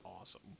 awesome